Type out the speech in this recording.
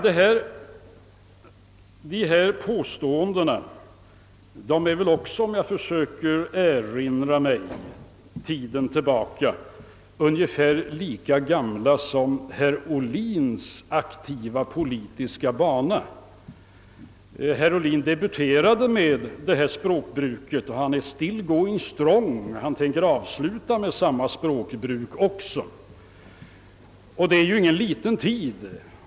Dessa påståenden är väl ungefär lika gamla som herr Ohlins aktiva politiska bana. Herr Ohlin debuterade med detta språkbruk och är still going strong; han tänker också avsluta med samma språkbruk. Det är ju ingen kort tid.